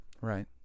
Right